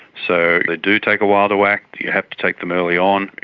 so they do take a while to act, you have to take them early on.